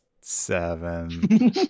seven